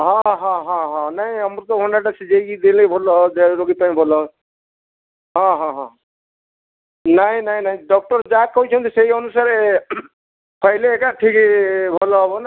ହଁ ହଁ ହଁ ହଁ ନାଇଁ ଅମୃତଭଣ୍ଡାଟା ସିଝେଇକି ଦେଲେ ଭଲ ଦେହ ରୋଗୀ ପାଇଁ ଭଲ ହଁ ହଁ ହଁ ନାଇଁ ନାଇଁ ନାଇଁ ଡକ୍ଟର ଯାହା କହିଛନ୍ତି ସେହି ଅନୁସାରେ ଖାଇଲେ ଏଇଟା ଠିକ୍ ଭଲ ହେବ ନା ଆଉ